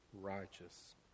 righteous